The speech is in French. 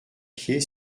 pied